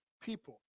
people